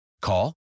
Call